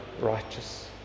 righteous